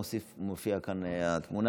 הנושא לוועדת החוץ והביטחון נתקבלה.